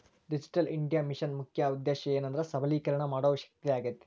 digital India ಮಿಷನ್ನ ಮುಖ್ಯ ಉದ್ದೇಶ ಏನೆಂದ್ರ ಸಬಲೇಕರಣ ಮಾಡೋ ಶಕ್ತಿಯಾಗೇತಿ